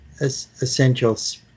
essentials